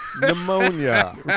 Pneumonia